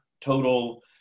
total